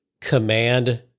command